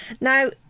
Now